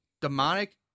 demonic